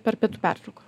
per pietų pertrauką